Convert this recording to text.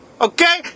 okay